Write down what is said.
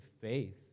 faith